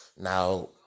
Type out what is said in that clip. Now